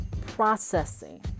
processing